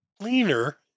Cleaner